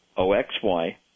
O-X-Y